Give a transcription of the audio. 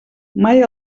mai